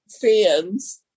fans